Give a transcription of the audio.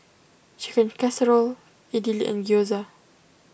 Chicken Casserole Idili and Gyoza